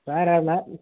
வேறு இல்லை